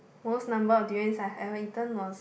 most number of durians I have ever eaten was